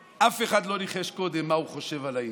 שאף אחד לא ניחש קודם מה הוא חושב על העניין,